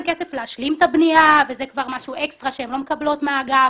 כסף להשלים את הבנייה וזה כבר משהו אקסטרה שהן לא מקבלות מהאגף